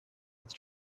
with